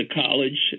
college